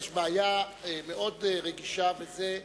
יש בעיה מאוד רגישה בזה,